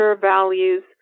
values